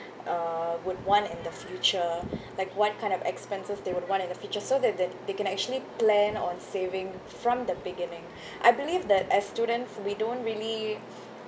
uh would want in the future like what kind of expenses they would want in the future so that that they can actually plan on saving from the beginning I believe that as students we don't really